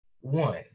One